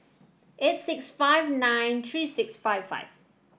eight six five nine three six five five